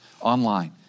online